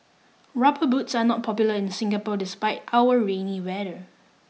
Rubber Boots are not popular in Singapore despite our rainy weather